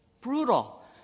Brutal